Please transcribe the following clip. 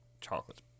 Chocolate's